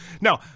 No